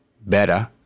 better